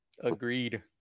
Agreed